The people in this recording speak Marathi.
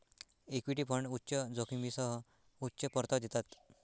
इक्विटी फंड उच्च जोखमीसह उच्च परतावा देतात